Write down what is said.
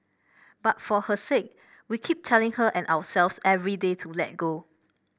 but for her sake we keep telling her and ourselves every day to let go